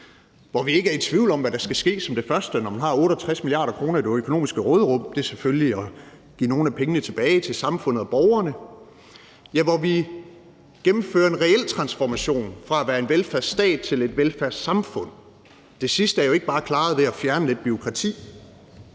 hvor vi ikke er i tvivl om, hvad der skal ske som det første, når man har 68 mia. kr. i det økonomiske råderum, for det er selvfølgelig at give nogle af pengene tilbage til samfundet og borgerne; ja, hvor vi gennemfører en reel transformation fra at være en velfærdsstat til et velfærdssamfund. Det sidste er jo ikke bare klaret ved at fjerne lidt bureaukrati.